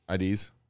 IDs